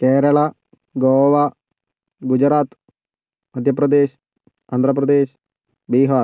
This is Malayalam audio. കേരളം ഗോവ ഗുജറാത്ത് മധ്യപ്രദേശ് ആന്ധ്രാപ്രദേശ് ബിഹാർ